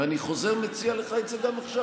ואני חוזר ומציע לך את זה גם עכשיו.